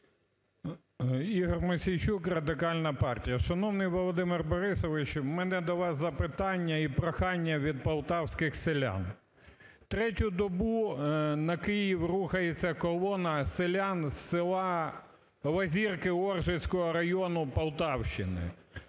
Ігор Мосійчук, Радикальна партія. Шановний Володимир Борисович, у мене до вас запитання і прохання від полтавських селян. Третю добу на Київ рухається колона селян з села Лазірки Оржицького району Полтавщини.